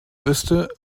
wüsste